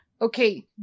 Okay